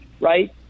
right